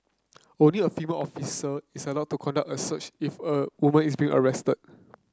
only a female officer is allowed to conduct a search if a woman is being arrested